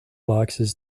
boxes